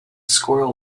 squirrel